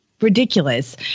ridiculous